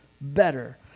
better